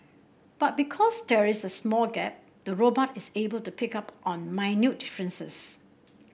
but because there is a small gap the robot is able to pick up on minute differences